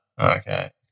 okay